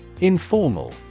Informal